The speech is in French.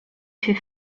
fait